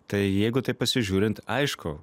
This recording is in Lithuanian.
tai jeigu taip pasižiūrint aišku